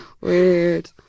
Weird